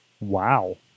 Wow